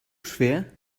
schwer